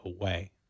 away